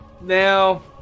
Now